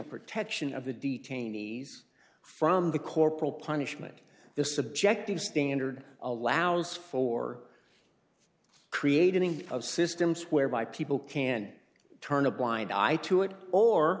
protection of the detainees from the corporal punishment the subjective standard allows for creating a system whereby people can turn a blind eye to it or